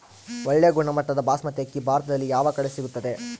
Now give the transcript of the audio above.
ಒಳ್ಳೆ ಗುಣಮಟ್ಟದ ಬಾಸ್ಮತಿ ಅಕ್ಕಿ ಭಾರತದಲ್ಲಿ ಯಾವ ಕಡೆ ಸಿಗುತ್ತದೆ?